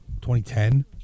2010